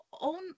own